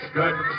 good